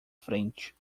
frente